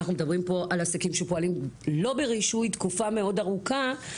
אנחנו מדברים פה על עסקים שפועלים לא ברישוי תקופה מאוד ארוכה.